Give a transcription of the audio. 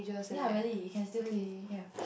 ya really it can still clean ya